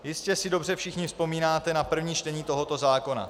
Jistě si dobře všichni vzpomínáte na první čtení tohoto zákona.